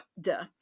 duh